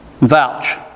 vouch